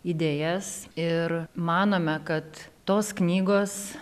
idėjas ir manome kad tos knygos